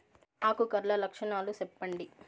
ఆకు కర్ల లక్షణాలు సెప్పండి